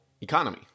economy